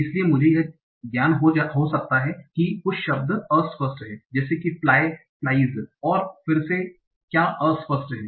इसलिए मुझे यह ज्ञान हो सकता है कि कुछ शब्द अस्पष्ट हैं जैसे कि फ़्लाइ फ्लाइस और यह फिर से क्या अस्पष्ट है